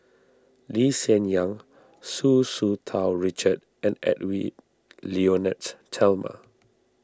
Lee Hsien Yang Tsu Tsu Tau Richard and Edwy Lyonet Talma